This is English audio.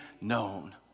known